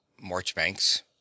Marchbanks